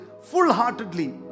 full-heartedly